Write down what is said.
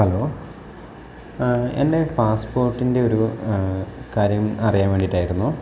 hello എൻ്റെ പാസ്പോർട്ടിൻ്റെ ഒരു കാര്യം അറിയാൻ വേണ്ടിയിട്ടായിരുന്നു